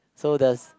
so does